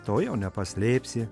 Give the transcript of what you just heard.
to jau nepaslėpsi